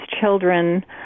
children